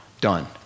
Done